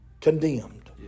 condemned